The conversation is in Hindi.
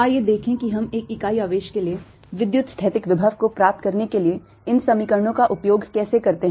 आइए देखें कि हम एक इकाई आवेश के लिए विद्युतस्थैतिक विभव को प्राप्त करने के लिए इन समीकरणों का उपयोग कैसे करते हैं